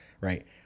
right